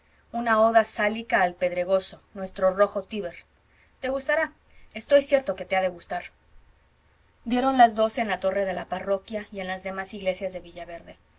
una oda sálica al pedregoso nuestro rojo tíber te gustará estoy cierto de que te ha de gustar dieron las doce en la torre de la parroquia y en las demás iglesias de